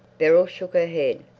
beryl shook her head.